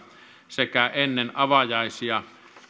sekä ennen avajaisia pidettävään valtiopäiväjumalanpalvelukseen